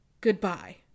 Goodbye